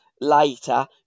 later